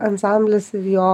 ansamblis ir jo